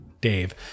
Dave